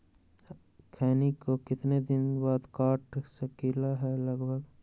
खैनी को कितना दिन बाद काट सकलिये है लगभग?